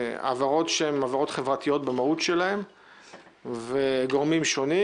העברות שהן העברות חברתיות במהות שלהן וגורמים שונים.